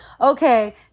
okay